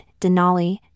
Denali